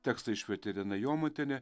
tekstą išvertė irena jomantienė